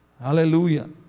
Hallelujah